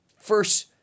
first